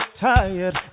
tired